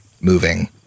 moving